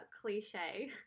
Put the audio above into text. cliche